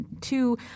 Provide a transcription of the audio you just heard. two